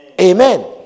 Amen